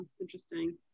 interesting